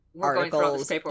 articles